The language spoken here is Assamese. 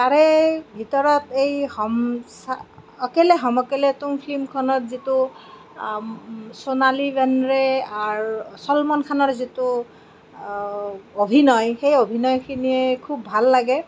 তাৰেই ভিতৰত এই হাম অকেলে হাম অকেলে তুম ফিল্মখনত যিটো চনালী বেনৰে আৰু চলমান খানৰ যিটো অভিনয় সেই অভিনয়খিনি খুব ভাল লাগে